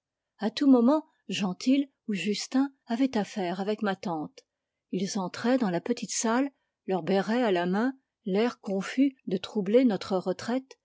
à tout moment gentil ou justin avaient affaire avec ma tante ils entraient dans la petite salle leur béret à la main l'air confus de troubler notre retraite